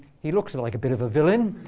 he looks like a bit of a villain.